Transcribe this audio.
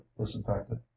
disinfected